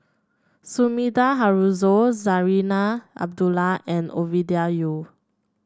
Sumida Haruzo Zarinah Abdullah and Ovidia Yu